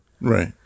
Right